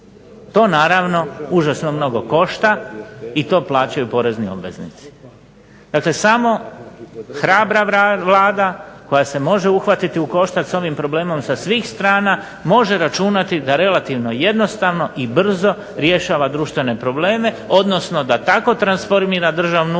To naravno užasno mnogo košta i to plaćaju porezni obveznici. Dakle, samo hrabra Vlada koja se može uhvatiti u koštac s ovim problemom sa svih strana može računati da relativno jednostavno i brzo rješava društvene probleme, odnosno da tako transformira državnu upravu